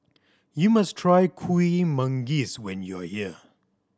you must try Kuih Manggis when you are here